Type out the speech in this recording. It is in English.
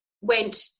went